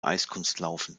eiskunstlaufen